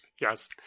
Yes